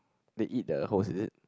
they eat the host is it